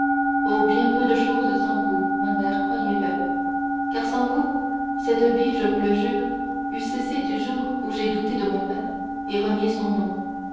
oh bien peu de chose sans vous ma mère croyez-le car sans vous cette vie je vous le jure eût cessé du jour où j'ai douté de mon père et renié son nom